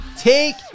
Take